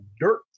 dirt